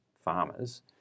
farmers